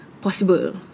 possible